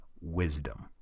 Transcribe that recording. wisdom